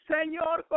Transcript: Señor